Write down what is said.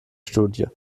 studie